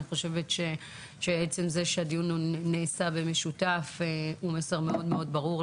אני חושבת שעצם כך שהדיון נעשה במשותף זה מסר מאוד ברור,